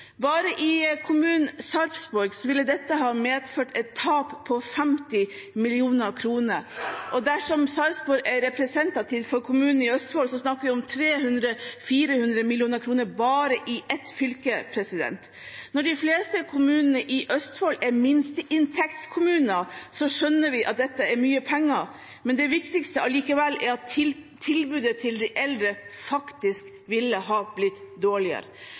Bare i kommunen Sarpsborg ville dette ha medført et tap på 50 mill. kr, og dersom Sarpsborg er representativ for kommunene i Østfold, snakker vi om 300–400 mill. kr bare i ett fylke. Når de fleste kommunene i Østfold er minsteinntektskommuner, skjønner vi at dette er mye penger. Det viktigste er likevel at tilbudet til de eldre faktisk ville ha blitt dårligere.